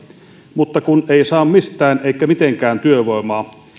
mutta kun ei saa mistään eikä mitenkään työvoimaa